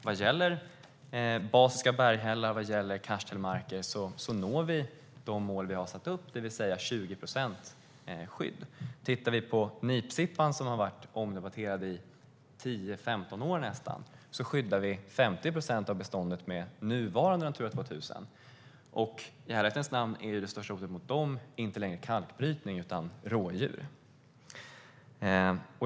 Vad gäller basiska berghällar och karsthällmarker når vi de mål som vi har satt upp, det vill säga 20 procent skydd. Tittar vi på nipsippan, som har varit omdebatterad i nästan tio femton år ser vi att vi skyddar 50 procent av beståndet med nuvarande Natura 2000-områden. I ärlighetens namn är det största hotet mot dem inte längre kalkbrytning utan rådjur.